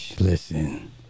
Listen